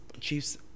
Chiefs